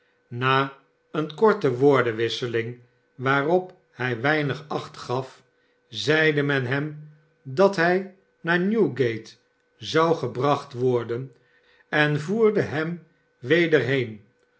na eene korte woordenwisseling waarop hij weinig acht gaf zeide men hem dat hij naar newgate zou gebracht worden en voerde hem weder heen